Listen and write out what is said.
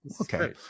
okay